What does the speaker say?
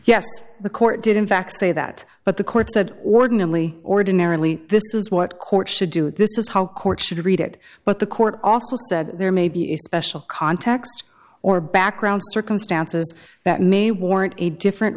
yes the court did in fact say that but the court said ordinarily ordinarily this is what courts should do this is how courts should read it but the court also said there may be a special context or background circumstances that may warrant a different